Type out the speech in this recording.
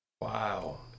Wow